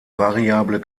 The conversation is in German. variable